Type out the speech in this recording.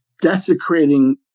desecrating